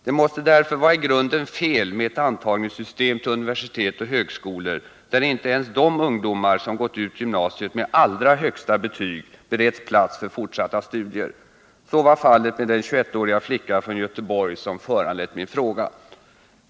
Det måste därför vara i grunden fel med ett antagningssystem för universitet och högskolor, där ej ens de ungdomar som gått ut gymnasiet med allra högsta betyg bereds plats för fortsatta studier. Så var fallet med den 21-åriga flickan från Göteborg som föranlett min fråga.